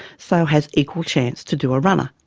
so has equal chance to do a runner.